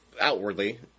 outwardly